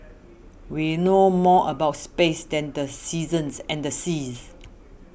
we know more about space than the seasons and the seas